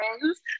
friends